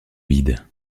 vide